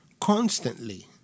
Constantly